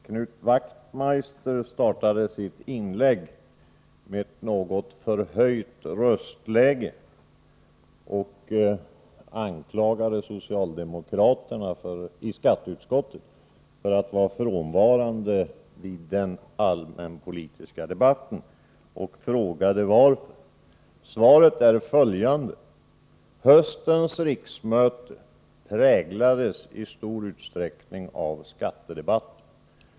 Herr talman! Knut Wachtmeister startade sitt inlägg med ett något förhöjt röstläge. Han anklagade socialdemokraterna i skatteutskottet för att vara frånvarande vid den allmänpolitiska debatten och frågade varför. Svaret är följande. Höstens riksmöte präglades i stor utsträckning av skattedebatter.